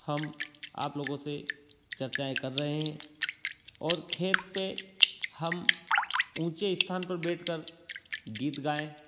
हम आप लोगों से चर्चाएँ कर रहे हैं और खेत पर हम ऊँचे स्थान पर बैठकर गीत गाएँ